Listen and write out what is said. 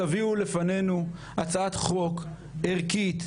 תביאו לפנינו הצעת חוק ערכית,